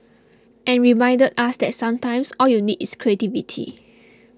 and reminded us that sometimes all you need is creativity